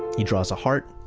he draws a heart.